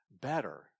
better